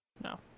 No